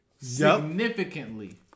significantly